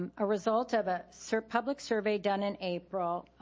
um a result of a so public survey done in april,